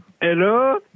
Hello